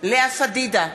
לאה פדידה,